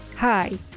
Hi